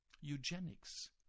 eugenics